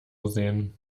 sehen